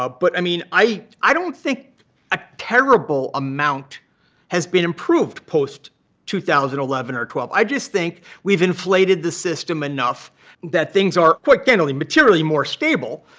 ah but i mean, i i don't think a terrible amount has been improved post two thousand and eleven or twelve. i just think we've inflated the system enough that things are, quite candidly, materially more stable,